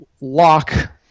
lock